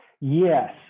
Yes